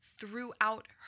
throughout